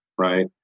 Right